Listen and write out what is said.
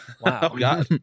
Wow